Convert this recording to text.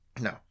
No